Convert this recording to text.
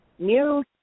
new